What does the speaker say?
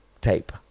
tape